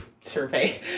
survey